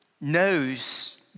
knows